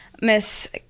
Miss